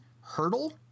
hurdle